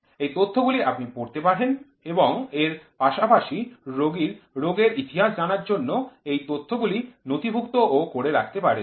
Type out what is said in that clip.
এই তথ্যগুলি আপনি পড়তে পারেন এবং এর পাশাপাশি রোগীর রোগের ইতিহাস জানার জন্য এই তথ্যগুলি নথিভূক্ত ও করে রাখতে পারেন